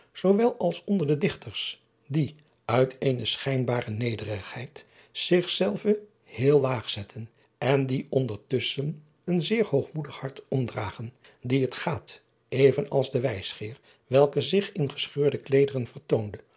zoowel als onder de dichters die uit eene schijnbare nederigheid zich zelve heel laag zetten en die ondertusschen een zeer hoogmoedig hart omdragen dien het gaat even als den wijsgeer welke zich in gescheurde kleederen vertoonde